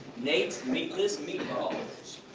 nate's meatless meatballs!